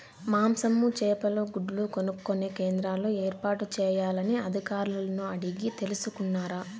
మాంసము, చేపలు, గుడ్లు కొనుక్కొనే కేంద్రాలు ఏర్పాటు చేయాలని అధికారులను అడిగి తెలుసుకున్నారా?